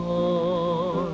oh